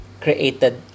created